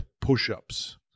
push-ups